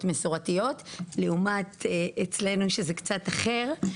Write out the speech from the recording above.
מסורתיות לעומת אצלנו שזה קצת אחר,